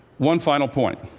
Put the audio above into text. one final point